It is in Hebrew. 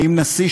האם הנשיא,